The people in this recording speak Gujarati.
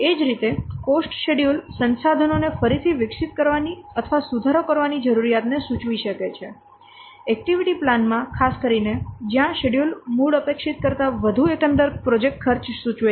એ જ રીતે કોસ્ટ શેડ્યૂલ સંસાધનોને ફરીથી વિકસિત કરવાની અથવા સુધારો કરવાની જરૂરિયાતને સૂચવી શકે છે એક્ટિવિટી પ્લાન માં ખાસ કરીને જ્યાં શેડ્યૂલ મૂળ અપેક્ષિત કરતા વધુ એકંદર પ્રોજેક્ટ ખર્ચ સૂચવે છે